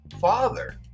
father